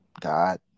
God